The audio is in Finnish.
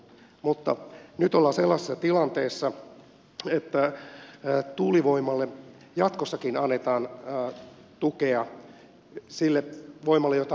mutta nyt ollaan sellaisessa tilanteessa että tuulivoimalle jatkossakin annetaan tukea sille voimalle jota rakennetaan